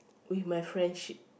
with my friendship